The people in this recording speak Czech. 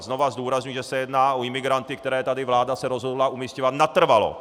Znovu zdůrazňuji, že se jedná o imigranty, které se tady vláda rozhodla umisťovat natrvalo.